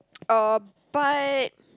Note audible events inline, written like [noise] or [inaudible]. [noise] uh but